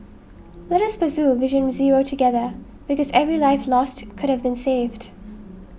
let us pursue Vision Zero together because every life lost could have been saved